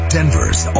Denver's